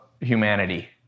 humanity